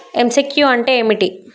MCQ అంటే ఏమిటి?